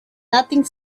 nothing